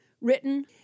written